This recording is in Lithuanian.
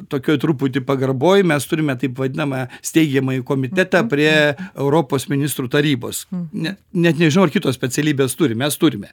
tokioj truputį pagarboj mes turime taip vadinamą steigiamąjį komitetą prie europos ministrų tarybos net nežinau ar kitos specialybės turi mes turime